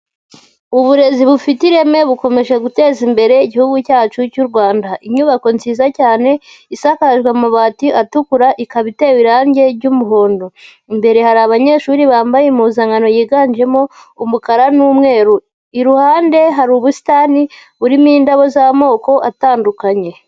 Uburezi bufite ireme bukomeje guteza imbere igihugu cyacu cy'u Rwanda. Inyubako nziza cyane isakajwe amabati atukura, ikaba itewe irangi ry'umuhondo. Imbere hari abanyeshuri bambaye impuzankano yiganjemo umukara n'umweru. Iruhande hari ubusitani burimo indabo z'amoko atandukanye.